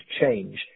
change